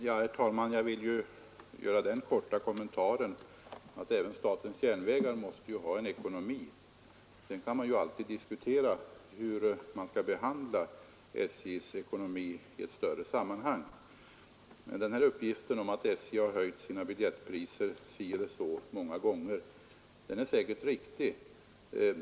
Herr talman! Jag vill göra den korta kommentaren att även statens järnvägar måste ha en ekonomi. Sedan kan man alltid diskutera hur man skall behandla SJ:s ekonomi i ett större sammanhang. Uppgiften att SJ höjt sina biljettpriser si eller så många gånger är säkert riktig.